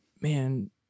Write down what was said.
Man